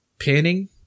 panning